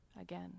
again